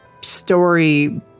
story